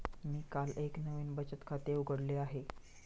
मी काल एक नवीन बचत खाते उघडले आहे